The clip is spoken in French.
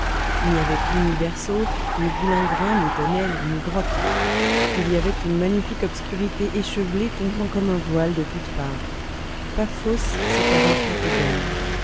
il n'avait plus ni berceaux ni boulingrins ni tonnelles ni grottes il avait une magnifique obscurité échevelée tombant comme un voile de toutes parts paphos s'était refait éden